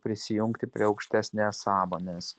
prisijungti prie aukštesnės sąmonės